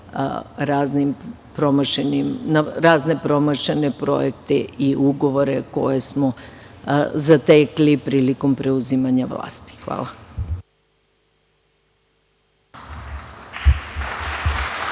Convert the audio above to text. razne promašene projekte i ugovore koje smo zatekli prilikom preuzimanja vlasti. Hvala.